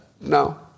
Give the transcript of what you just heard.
No